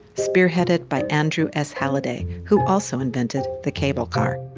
spearheaded by andrew s. hallidie who also invented the cable car.